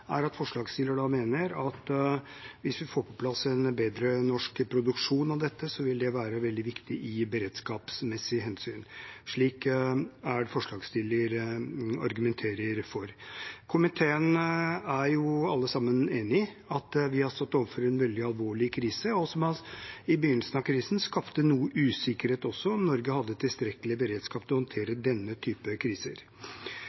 er at forslagsstillerne mener at hvis vi får på plass en bedre norsk produksjon av dette, vil det være veldig viktig av beredskapsmessige hensyn. Slik argumenterer forslagsstillerne. Komiteen er alle sammen enige om at vi har stått overfor en veldig alvorlig krise, og i begynnelsen av krisen ble det skapt noe usikkerhet om hvorvidt Norge hadde tilstrekkelig beredskap til å